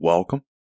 Welcome